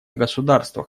государствах